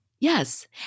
Yes